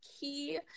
key